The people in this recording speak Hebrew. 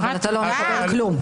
אתה לא מקבל כלום.